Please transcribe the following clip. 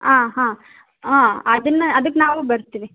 ಆಂ ಹಾಂ ಆಂ ಅದನ್ನ ಅದಕ್ಕೆ ನಾವೂ ಬರ್ತೀವಿ